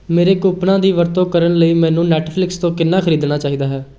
ਮੇਰੇ ਕੂਪਨਾਂ ਦੀ ਵਰਤੋਂ ਕਰਨ ਲਈ ਮੈਨੂੰ ਨੈੱਟਫ਼ਲਿਕਸ ਤੋਂ ਕਿੰਨਾ ਖਰੀਦਣਾ ਚਾਹੀਦਾ ਹੈ